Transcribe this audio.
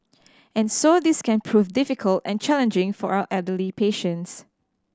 and so this can prove difficult and challenging for our elderly patients